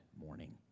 morning